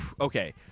Okay